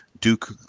Duke